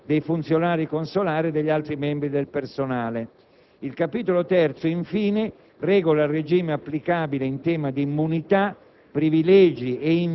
In particolare, si segnala il Capitolo I che in via preliminare precisa il significato della terminologia tecnica impiegata nell'Accordo,